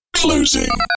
closing